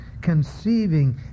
conceiving